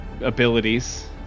abilities